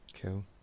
Cool